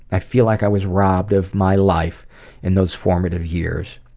i feel like i was robbed of my life in those formative years.